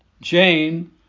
Jane